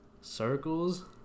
circles